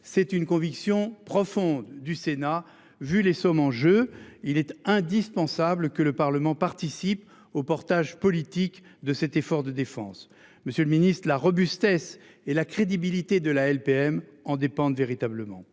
c'est une conviction profonde du Sénat, vu les sommes en jeu, il est indispensable que le Parlement participe au portage politique de cet effort de défense. Monsieur le Ministre de la robustesse et la crédibilité de la LPM en dépendent véritablement